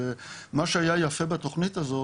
ומה שהיה יפה בתוכנית הזו,